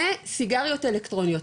לסיגריות אלקטרוניות,